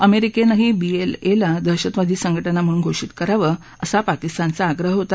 अमेरिकेनंही बीएलएला दहशतवादी संघाजा म्हणून घोषित करावं असा पाकिस्तानचा आग्रह होता